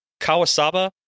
Kawasaba